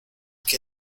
que